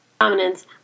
dominance